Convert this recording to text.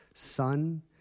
Son